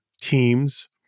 teams